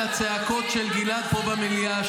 מה אתה חושב על --- דיברתי על הצעקות של גלעד פה במליאה,